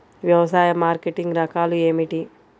వ్యవసాయ మార్కెటింగ్ రకాలు ఏమిటి?